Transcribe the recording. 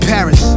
Paris